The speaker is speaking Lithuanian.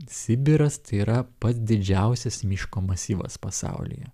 sibiras tai yra pats didžiausias miško masyvas pasaulyje